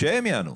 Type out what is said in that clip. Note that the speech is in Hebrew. שהם יענו.